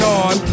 on